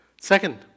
Second